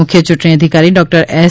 મુખ્ય યૂંટણી અધિકારી ડોક્ટર એસ